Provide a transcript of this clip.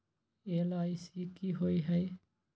LIC की होअ हई?